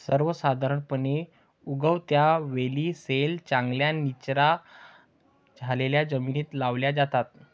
सर्वसाधारणपणे, उगवत्या वेली सैल, चांगल्या निचरा झालेल्या जमिनीत लावल्या जातात